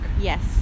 Yes